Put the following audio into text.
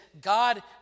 God